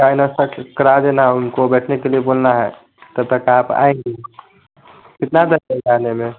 चाय नाश्ता का करा देना उनको बैठने के लिए बोलना है तब तक आप आएँगी कितना आने में